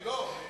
לא.